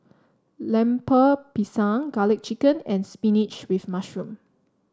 Lemper Pisang garlic chicken and spinach with mushroom